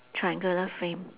triangular frame